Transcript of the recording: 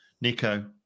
Nico